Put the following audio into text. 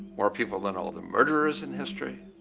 more people than all the murderers in history,